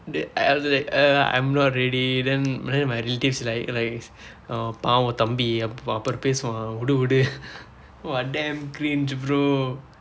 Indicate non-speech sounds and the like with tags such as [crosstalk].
uh I was like uh I'm not ready then then my relatives right right பாவம் தம்பி அப்~ அப்புறம் பேசுவோம் விடு விடு:paavam thampi app~ appuram peesuvom vidu vidu [laughs] !wah! damn cringe bro